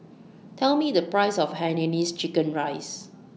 Tell Me The Price of Hainanese Chicken Rice